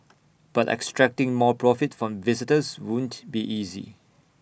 but extracting more profit from visitors won't be easy